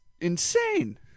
insane